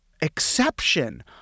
exception